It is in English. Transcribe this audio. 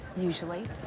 usually.